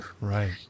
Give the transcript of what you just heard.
Right